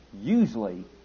Usually